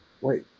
Wait